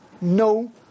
No